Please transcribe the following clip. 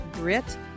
Grit